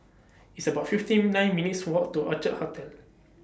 It's about fifteen nine minutes' Walk to Orchid Hotel